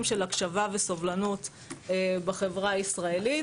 של הקשבה וסובלנות בחברה הישראלית.